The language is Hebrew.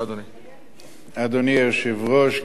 אדוני היושב-ראש, גברתי השרה,